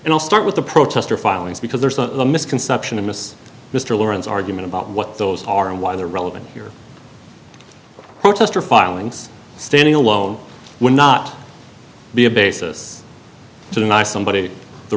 and i'll start with the protester filings because there's a misconception in this mr lawrence argument about what those are and why they are relevant here protestor filings standing alone would not be a basis to deny somebody the